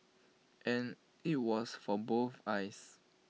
and IT was for both eyes